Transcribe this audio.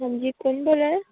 हां जी कु'न बोला दे